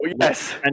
yes